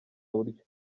buryo